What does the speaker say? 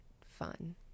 fun